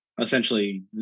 essentially